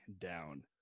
down